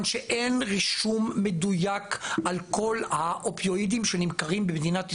שאין רישום מדויק על כל האופיואידים שנמכרים במדינת ישראל.